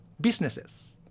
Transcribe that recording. businesses